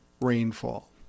rainfall